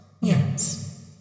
yes